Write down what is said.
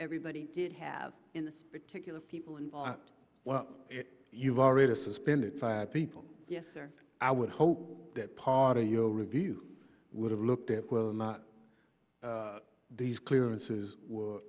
everybody did have in this particular people involved you've already suspended five people yes or i would hope that part of your review would have looked at whether or not these clearances